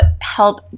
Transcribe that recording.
help